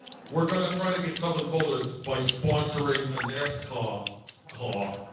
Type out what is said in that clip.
we're gonna try to get southern voters by sponsoring a nascar car,